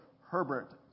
Herbert